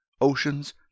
Oceans